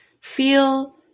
feel